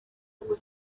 ubwo